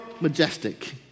majestic